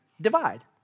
divide